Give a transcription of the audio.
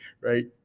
right